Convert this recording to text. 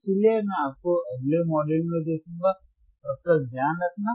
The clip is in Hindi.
इसलिए मैं आपको अगले मॉड्यूल में देखूंगा तब तक ध्यान रखना